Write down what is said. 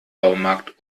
baumarkt